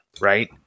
right